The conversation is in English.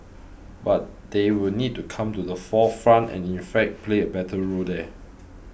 but they will need to come to the forefront and in fact play a better role there